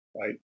right